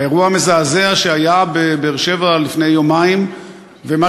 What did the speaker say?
האירוע המזעזע שהיה בבאר-שבע לפני יומיים ומה